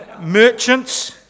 Merchants